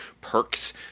perks